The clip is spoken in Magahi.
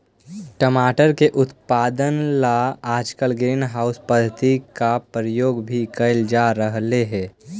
टमाटर की उत्पादन ला आजकल ग्रीन हाउस पद्धति का प्रयोग भी करल जा रहलई हे